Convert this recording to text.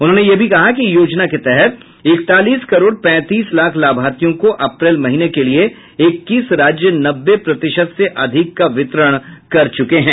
उन्होंने यह भी कहा कि योजना के तहत इकतालीस करोड़ पैंतीस लाख लाभार्थियों को अप्रैल महीने के लिए इक्कीस राज्य नब्बे प्रतिशत से अधिक का वितरण कर चुके हैं